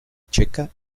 checa